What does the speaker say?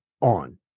on